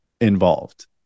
involved